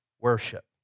worship